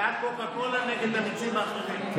בעד קוקה קולה, נגד המיצים האחרים.